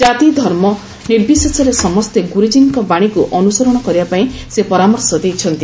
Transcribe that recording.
ଜାତି ଧର୍ମ ନିର୍ବିଶେଷରେ ସମସ୍ତେ ଗୁରୁଜୀଙ୍କ ବାଣୀକୁ ଅନୁସରଣ କରିବାପାଇଁ ସେ ପରାମର୍ଶ ଦେଇଛନ୍ତି